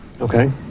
Okay